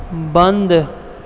बन्द